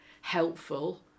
helpful